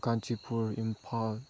Kanchipur Imphal